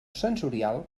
sensorial